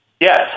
Yes